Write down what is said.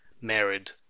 married